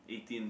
eighteen